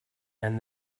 and